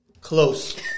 close